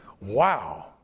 Wow